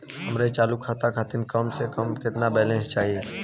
हमरे चालू खाता खातिर कम से कम केतना बैलैंस चाही?